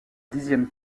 dixième